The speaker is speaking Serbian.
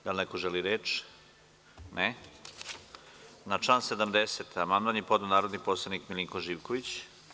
Da li neko želi reč? (Ne.) Na član 70. amandman je podneo narodni poslanik Milinko Živković.